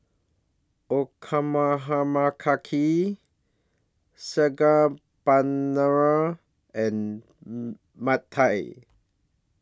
Okonomiyaki Saag Paneer and Pad Thai